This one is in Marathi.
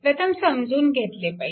प्रथम समजून घेतले पाहिजे